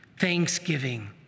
Thanksgiving